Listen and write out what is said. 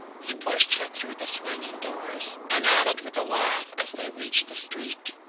he pushed her through the swinging doors, and added with a laugh, as they reached the street